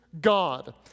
God